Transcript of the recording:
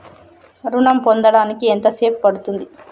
ఋణం పొందడానికి ఎంత సేపు పడ్తుంది?